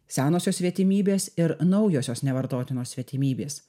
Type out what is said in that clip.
senosios svetimybės ir naujosios nevartotinos svetimybės